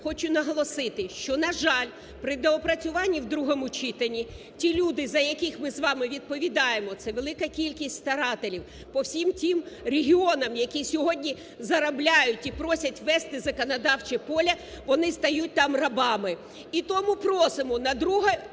хочу наголосити, що, на жаль, при доопрацюванні у другому читанні ті люди, за яких ми з вами відповідаємо, це велика кількість старателів по всім тим регіонам, які сьогодні заробляють і просять ввести в законодавче поле, вони стають там рабами. І тому просимо на друге…